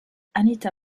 anita